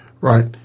right